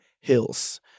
HILLS